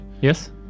Yes